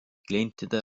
klientide